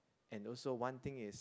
and also one thing is